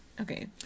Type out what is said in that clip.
okay